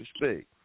respect